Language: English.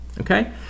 Okay